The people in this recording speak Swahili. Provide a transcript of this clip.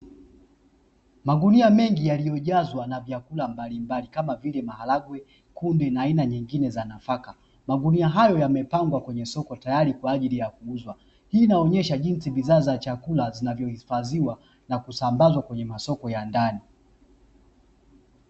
Magunia mengi yaliyojazwa na vyakula mbalimbali kama vile: maharage, kunde na aina nyingine za nafaka; magunia hayo yamepangwa kwenye soko tayari kwa ajili ya kuuzwa. Hii inaonesha jinsi bidhaa za chakula zinavyohifadhiwa na kusambazwa kwenye masoko ya ndani.